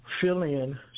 fill-in